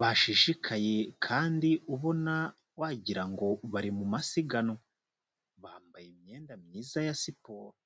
bashishikaye kandi ubona wagira ngo bari mu masiganwa. Bambaye imyenda myiza ya siporo.